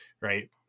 right